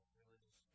religious